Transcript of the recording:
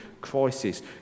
crisis